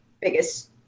biggest